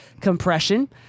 compression